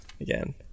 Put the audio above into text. Again